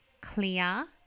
clear